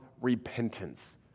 repentance